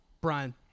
Brian